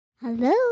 Hello